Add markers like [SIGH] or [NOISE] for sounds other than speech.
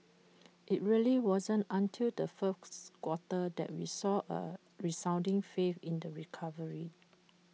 [NOISE] IT really wasn't until the fourth quarter that we saw A resounding faith in the recovery